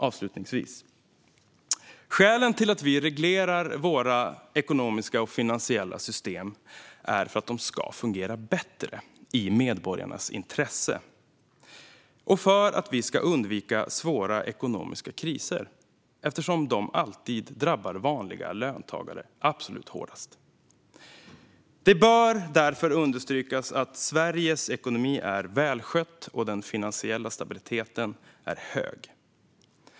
Avslutningsvis vill jag säga att skälen till att vi reglerar våra ekonomiska och finansiella system är att de ska fungera bättre i medborgarnas intresse och att vi ska undvika svåra ekonomiska kriser eftersom dessa alltid drabbar vanliga löntagare hårdast. Det bör därför understrykas att Sveriges ekonomi är välskött och att den finansiella stabiliteten är hög.